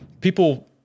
People